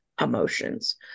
emotions